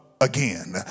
again